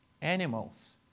animals